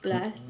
plus